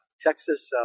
Texas